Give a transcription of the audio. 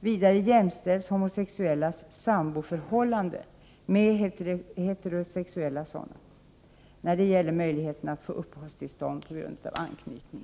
Vidare jämställs homosexuella samboförhållanden med heterosexuella sådana när det gäller möjligheten att få uppehållstillstånd på grund av anknytning.